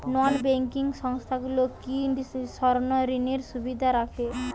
নন banking সংস্থাগুলো কি স্বর্ণঋণের সুবিধা রাখে?